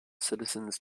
citizens